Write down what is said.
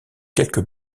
quelques